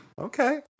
Okay